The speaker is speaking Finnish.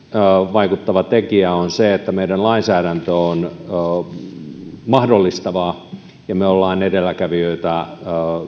vaikuttava tekijä on se että meidän lainsäädäntömme on mahdollistavaa ja me olemme edelläkävijöitä